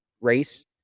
race